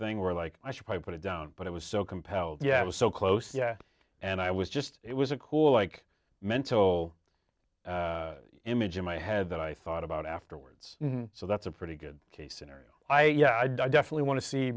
thing or like i should probably put it down but it was so compelled yeah it was so close yeah and i was just it was a cool like mental image in my head that i thought about afterwards so that's a pretty good case scenario i yeah i definitely want to see